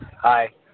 Hi